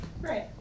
Right